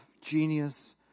Genius